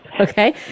okay